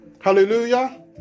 Hallelujah